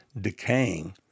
decaying